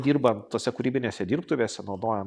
dirbam tose kūrybinėse dirbtuvėse naudojam